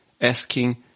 asking